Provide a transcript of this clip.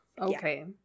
Okay